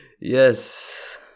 Yes